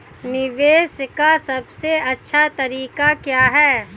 निवेश का सबसे अच्छा तरीका क्या है?